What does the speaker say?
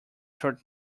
short